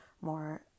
more